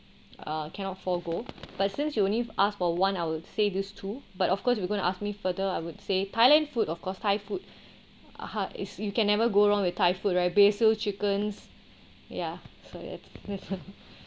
uh cannot forego but since you only ask for one I'll say these two but of course if you gonna ask me further I would say thailand food of course thai food ah ha is you can never go wrong with thai food right basil chickens ya so that's that's all